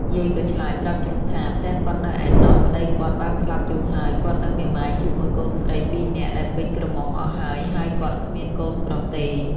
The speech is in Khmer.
យាយក៏ឆ្លើយប្រាប់ជ្រូកថា ផ្ទះគាត់នៅឯណោះ ប្ដីគាត់បានស្លាប់យូរហើយ គាត់នៅមេម៉ាយជាមួយកូនស្រីពីរនាក់ដែលពេញក្រមុំអស់ហើយ ហើយគាត់គ្មានកូនប្រុសទេ។